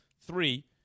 three